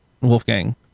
wolfgang